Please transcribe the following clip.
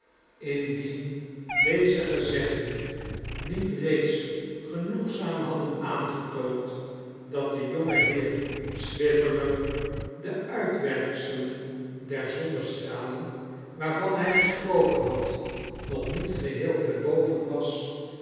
indien deze gezegden niet reeds genoegzaam hadden aangetoond dat de jonge heer swiveller de uitwerkselen der zonnestralen waarvan hij gesproken had nog niet geheel te boven was